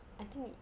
I think he